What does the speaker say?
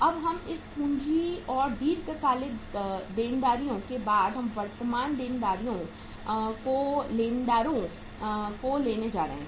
अब हम इस पूंजी और दीर्घकालिक देनदारियों के बाद हम वर्तमान देनदारियों को लेनदारों को लेने जा रहे हैं